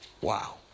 Wow